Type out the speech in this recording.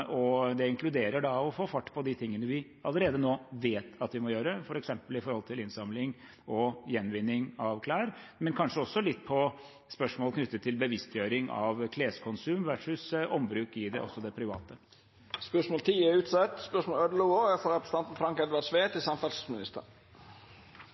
Det inkluderer å få fart på de tingene vi allerede nå vet vi må gjøre, f.eks. når det gjelder innsamling og gjenvinning av klær, men kanskje også litt på spørsmål knyttet til bevisstgjøring av kleskonsum versus ombruk også i det private. Dette spørsmålet er utsett. «Det er eit folkekrav i Møre og